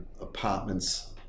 apartments